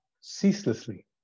ceaselessly